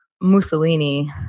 Mussolini